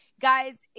guys